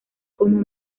como